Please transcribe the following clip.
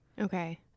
Okay